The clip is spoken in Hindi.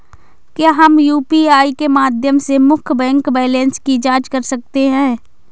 क्या हम यू.पी.आई के माध्यम से मुख्य बैंक बैलेंस की जाँच कर सकते हैं?